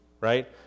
right